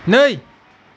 नै